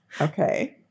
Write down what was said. Okay